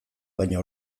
baina